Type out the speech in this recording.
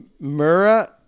Mira